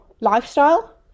lifestyle